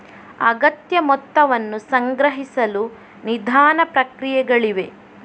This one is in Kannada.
ಅಗತ್ಯ ಮೊತ್ತವನ್ನು ಸಂಗ್ರಹಿಸಲು ನಿಧಾನ ಪ್ರಕ್ರಿಯೆಗಳಿವೆ